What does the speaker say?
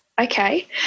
Okay